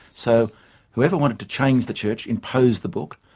so whoever wanted to change the church imposed the book.